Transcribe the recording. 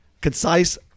concise